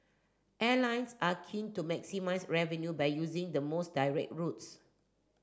airlines are keen to maximise revenue by using the most direct routes